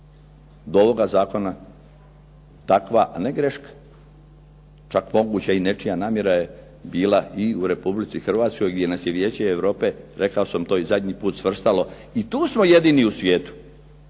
Do ovoga zakona takva ne greška, čak moguće i nečija namjera je bila i u Republici Hrvatskoj gdje nas je Vijeće Europe, rekao sam to i zadnji put, svrstalo i tu smo jedini u svijetu,